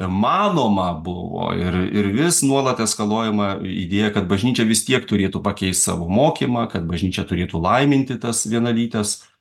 manoma buvo ir ir vis nuolat eskaluojama idėja kad bažnyčia vis tiek turėtų pakeist savo mokymą kad bažnyčia turėtų laiminti tas vienalytes